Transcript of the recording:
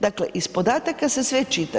Dakle iz podataka se sve čita.